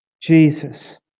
Jesus